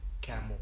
camel